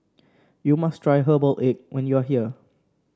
you must try Herbal Egg when you are here